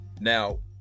now